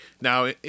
Now